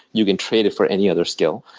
you can trade it for any other skill.